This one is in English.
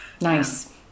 Nice